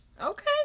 Okay